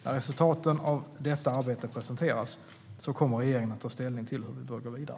När resultaten av detta arbete presenteras kommer regeringen att ta ställning till hur vi bör gå vidare.